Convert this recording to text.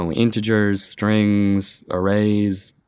and integers, strings, arrays,